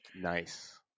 nice